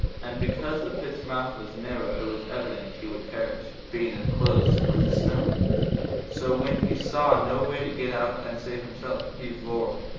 and because the pit's mouth was narrow it was evident he would perish, being enclosed with the snow so when he saw no way to get out and save himself, he roared.